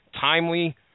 timely